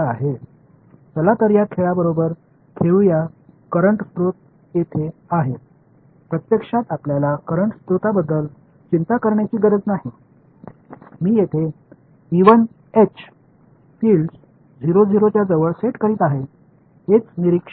எனவே இந்த விளையாட்டை விளையாடுவோம் தற்போதைய ஆதாரங்கள் இங்கே உள்ளன உண்மையில் இங்குள்ள தற்போதைய மூலங்களைப் பற்றி நாம் கவலைப்பட தேவையில்லை நான் இங்கு புலங்களை 00 க்கு சமமாக அமைத்து வருகிறேன் அதாவது பார்வையாளர் 1 அறிக்கை செய்யப் போகிறார்